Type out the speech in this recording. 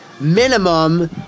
minimum